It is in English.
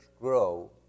grow